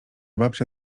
babcia